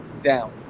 down